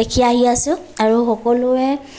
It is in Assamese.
লিখি আহি আছো আৰু সকলোৱে